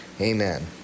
Amen